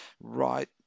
right